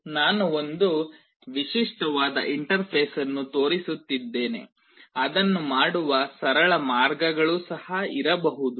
ನಾನು ಒಂದು ವಿಶಿಷ್ಟವಾದ ಇಂಟರ್ಫೇಸ್ ಅನ್ನು ತೋರಿಸುತ್ತಿದ್ದೇನೆ ಅದನ್ನು ಮಾಡುವ ಸರಳ ಮಾರ್ಗಗಳೂ ಸಹ ಇರಬಹುದು